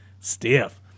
stiff